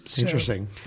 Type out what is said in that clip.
interesting